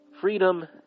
Freedom